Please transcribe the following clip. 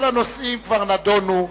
כל הנושאים כבר נדונו.